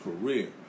career